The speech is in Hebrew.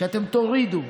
שאתם תורידו,